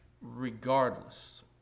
Regardless